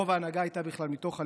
רוב ההנהגה הייתה בכלל מתוך הליכוד.